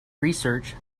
research